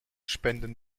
spenden